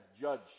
judge